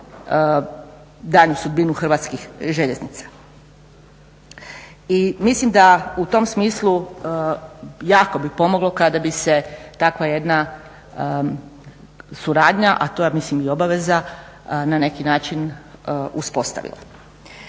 daljnju sudbinu Hrvatskih željeznica. I mislim da u tom smislu, jako bi pomoglo kada bi se takva jedna suradnja, a to je ja mislim i obaveza na neki način uspostavila.